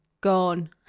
Gone